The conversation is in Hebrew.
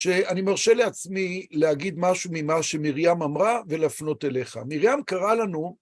שאני מרשה לעצמי להגיד משהו ממה שמרים אמרה, ולהפנות אליך. מרים קראה לנו...